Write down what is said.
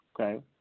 Okay